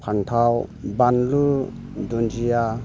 फान्थाव बानलु दुनजिया